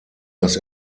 das